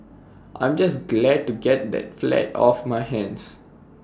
I'm just glad to get the flat off my hands